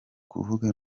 kuvuga